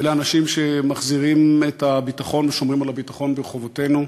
אלה האנשים שמחזירים את הביטחון ושומרים על הביטחון ברחובותינו,